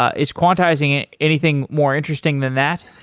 ah is quantizing anything more interesting than that?